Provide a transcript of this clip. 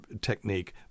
technique